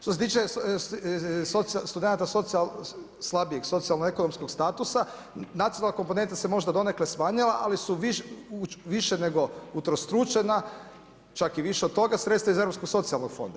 Što se tiče studenata slabijeg socijalno-ekonomskog statusa, nacionalna komponenta se možda donekle smanjila ali su više nego utrostručena čak i više od toga, sredstva iz Europskog socijalnog fonda.